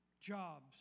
jobs